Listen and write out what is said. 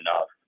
enough